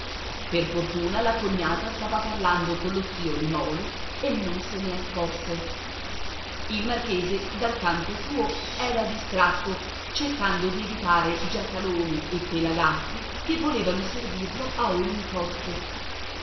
per fortuna la cognata stava parlando collo zio limòli e non se ne accorse il marchese dal canto suo era distratto cercando di evitare giacalone e pelagatti che volevano servirlo a ogni costo